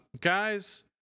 guys